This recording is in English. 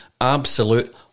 absolute